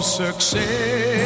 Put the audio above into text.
success